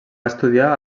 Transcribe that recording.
estudiar